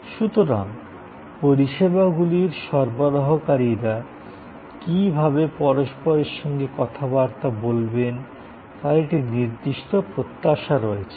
সুতরাং পরিষেবাগুলির সরবরাহকারীরা কীভাবে পরস্পরের সঙ্গে কথাবার্তা বলবেন তার একটি নির্দিষ্ট প্রত্যাশা রয়েছে